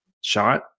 shot